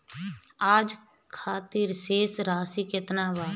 आज खातिर शेष राशि केतना बा?